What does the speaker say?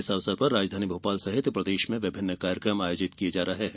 इस अवसर पर राजधानी भोपाल सहित प्रदेश में विभिन्न कार्यक्रम आयोजित किये जा रहे हैं